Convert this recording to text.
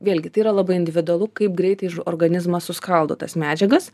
vėlgi tai yra labai individualu kaip greitai organizmas suskaldo tas medžiagas